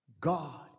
God